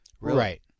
right